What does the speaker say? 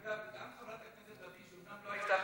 אגב, גם חברת הכנסת לביא, שאומנם לא הייתה פה,